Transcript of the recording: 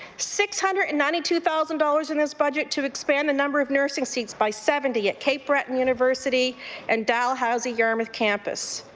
six hundred and ninety two thousand dollars in this budget to expand the number of nursing seats by seventy at cape breton university and dalhousie yarmouth campus.